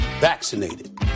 vaccinated